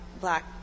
black